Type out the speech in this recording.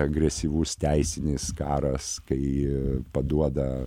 agresyvus teisinis karas kai paduoda